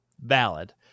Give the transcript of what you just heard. valid